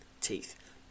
teeth